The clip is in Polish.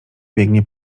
biegnie